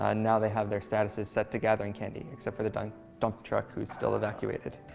and now they have their statuses set to gathering candy, except for the dump dump truck, who is still evacuated.